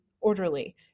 orderly